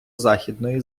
західної